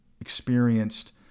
experienced